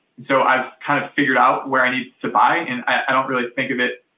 so, i've kind of figured out where i need to buy and i don't really think of it,